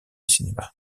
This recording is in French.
cinémas